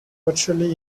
virtually